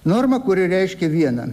norma kuri reiškia vieną